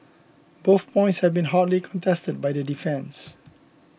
both points have been hotly contested by the defence